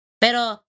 Pero